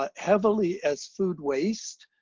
ah heavily, as food waste.